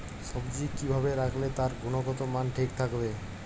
সবজি কি ভাবে রাখলে তার গুনগতমান ঠিক থাকবে?